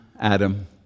Adam